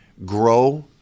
grow